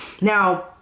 Now